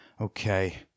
okay